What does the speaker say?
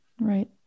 Right